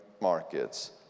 markets